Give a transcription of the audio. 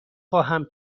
خواهم